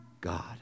God